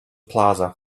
plaza